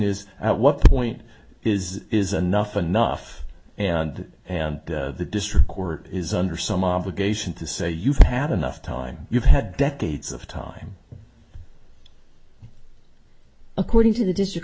is at what point is is anough enough and the district court is under some obligation to say you've had enough time you've had decades of time according to the dis